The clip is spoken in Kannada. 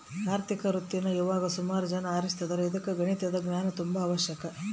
ಆರ್ಥಿಕ ವೃತ್ತೀನಾ ಇವಾಗ ಸುಮಾರು ಜನ ಆರಿಸ್ತದಾರ ಇದುಕ್ಕ ಗಣಿತದ ಜ್ಞಾನ ತುಂಬಾ ಅವಶ್ಯಕ